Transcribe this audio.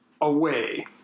away